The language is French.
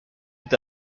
est